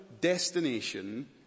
destination